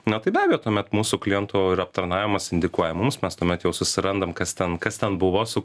na tai be abejo tuomet mūsų kliento ir aptarnavimas indikuoja mums mes tuomet jau susirandam kas ten kas ten buvo su